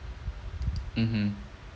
mmhmm